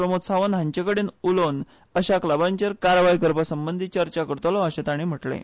प्रमोद सावंत हांचे कडेन उलोवन अशा क्लबांचेर कारवाय करपा संबंदी चर्चा करतलों अशेय तांणी म्हणलें